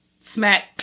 smack